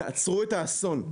תעצרו את האסון.